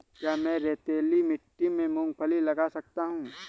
क्या मैं रेतीली मिट्टी में मूँगफली लगा सकता हूँ?